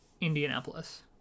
Indianapolis